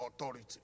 authority